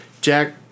Jack